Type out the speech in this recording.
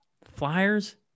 Flyers